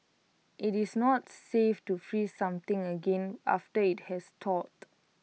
IT is not safe to freeze something again after IT has thawed